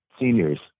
seniors